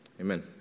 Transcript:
amen